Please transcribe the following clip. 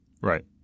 Right